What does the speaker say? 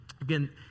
Again